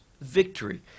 victory